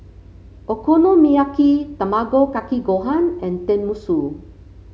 Okonomiyaki Tamago Kake Gohan and Tenmusu